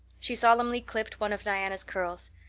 she solemnly clipped one of diana's curls.